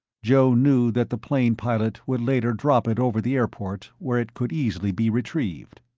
joe knew that the plane pilot would later drop it over the airport where it could easily be retrieved.